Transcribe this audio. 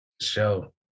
Show